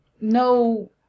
no